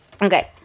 Okay